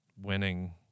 winning